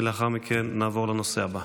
ולאחר מכן נעבור לנושא הבא.